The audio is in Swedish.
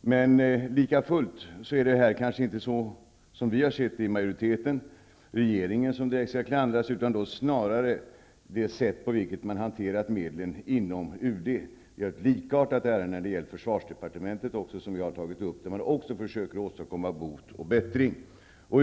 Men likafullt anser vi i majoriteten att det inte är regeringen som direkt skall klandras utan snarare hur medlen har hanterats inom UD. Det finns ett likartat ärende som gäller försvarsdepartementet, och man försöker där åstadkomma bot och bättring.